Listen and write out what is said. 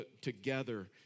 together